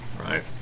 right